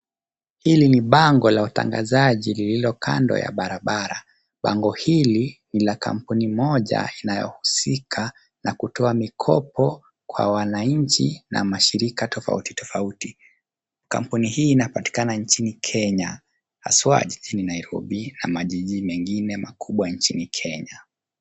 Hili ni bango la watangazaji lililo kando ya barabara. Bango hili ni la kampuni moja inayohusika na kutoa mikopo kwa wananchi na mashirika tofauti tofauti. Kampuni hii inapatikana nchini kenya haswa jijini Nairobi na majiji mengine makubwa nchini kenya.